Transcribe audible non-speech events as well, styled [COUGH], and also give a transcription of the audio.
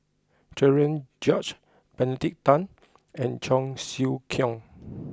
Cherian George Benedict Tan and Cheong Siew Keong [NOISE]